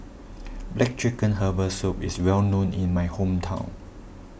Black Chicken Herbal Soup is well known in my hometown